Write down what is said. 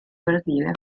brasile